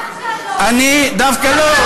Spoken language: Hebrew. דווקא לא.